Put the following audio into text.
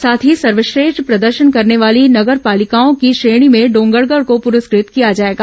साथ ही सर्वश्रेष्ठ प्रदर्शन करने वाली नगर पालिकाओं की श्रेणी में डोंगरगढ़ को पुरस्कृत किया जाएगा